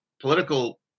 political